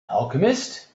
alchemist